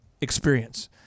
experience